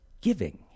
giving